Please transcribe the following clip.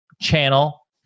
channel